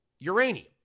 Uranium